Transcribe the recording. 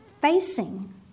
facing